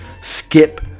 skip